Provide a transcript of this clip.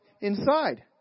inside